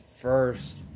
first